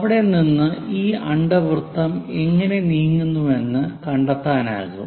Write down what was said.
അവിടെ നിന്ന് ഈ അണ്ഡവൃത്തം എങ്ങനെ നീങ്ങുന്നുവെന്ന് കണ്ടെത്താനാകും